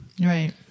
Right